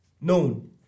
known